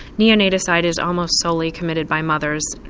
neo-natacide is almost solely committed by mothers.